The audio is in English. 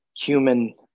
human